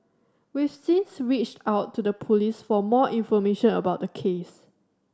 we've since reached out to the Police for more information about the case